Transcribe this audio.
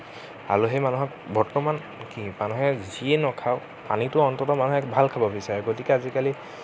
আলহী মানুহক বৰ্তমান কি মানুহে যিয়ে নাখাওক পানীটো অন্তত মানুহে ভাল খাব বিচাৰে গতিকে আজিকালি